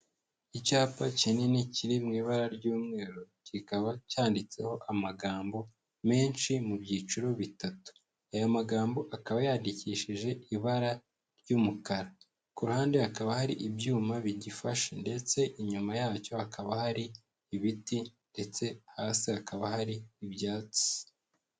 Icyapa kinini kiri mu ibara ry'umweru, kikaba cyanditseho amagambo menshi mu byiciro bitatu, aya magambo akaba yandikishije ibara ry'umukara; ku ruhande hakaba hari ibyuma bigifashe, ndetse inyuma yacyo hakaba hari ibiti ndetse hasi hakaba hari ibyatsi.